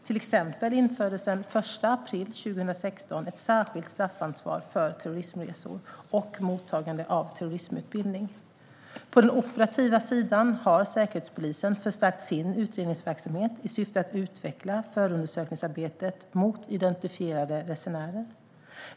Till exempel infördes den 1 april 2016 ett särskilt straffansvar för terrorismresor och mottagande av terrorismutbildning. På den operativa sidan har Säkerhetspolisen förstärkt sin utredningsverksamhet i syfte att utveckla förundersökningsarbetet mot identifierade resenärer.